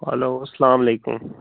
hello اَسلامَ علیکُم